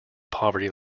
poverty